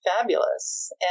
fabulous